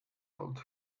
told